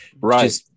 right